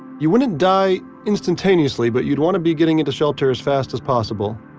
you wouldn't die instantaneously but you'd want to be getting into shelter as fast as possible.